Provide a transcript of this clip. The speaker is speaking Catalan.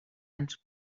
ens